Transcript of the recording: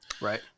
Right